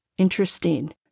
interesting